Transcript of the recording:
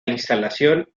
instalación